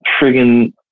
friggin